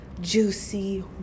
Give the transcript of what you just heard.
juicy